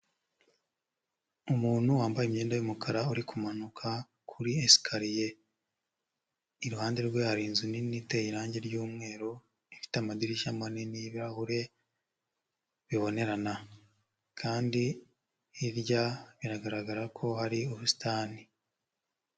Umuntu wambaye imyenda y'umukara uri kumanuka kuri esikariye, iruhande rwe hari inzu nini iteye irangi ry'umweru, ifite amadirishya manini y'ibirahure bibonerana kandi hirya biragaragara ko hari ubusitani.